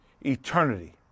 Eternity